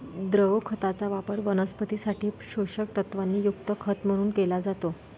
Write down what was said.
द्रव खताचा वापर वनस्पतीं साठी पोषक तत्वांनी युक्त खत म्हणून केला जातो